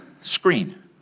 screen